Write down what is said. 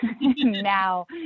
now